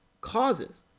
causes